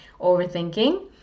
overthinking